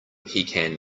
pecan